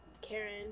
Karen